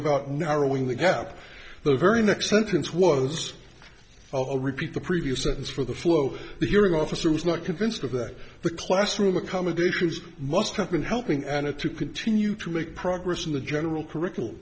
about narrowing the gap the very next sentence was a repeat the previous sentence for the flow the hearing officer was not convinced of that the classroom accommodations must have been helping anna to continue to make progress in the general curriculum